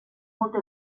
molte